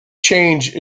change